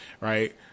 right